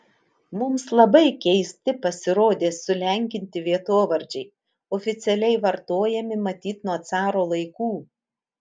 mums labai keisti pasirodė sulenkinti vietovardžiai oficialiai vartojami matyt nuo caro laikų